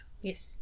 Yes